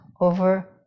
over